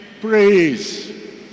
praise